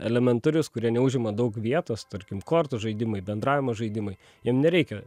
elementarius kurie neužima daug vietos tarkim kortų žaidimai bendravimo žaidimai jiem nereikia